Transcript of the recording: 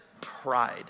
pride